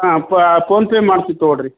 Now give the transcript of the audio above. ಹಾಂ ಪಾ ಪೋನ್ಪೇ ಮಾಡ್ತೀವಿ ತಗೊಳ್ಳಿರಿ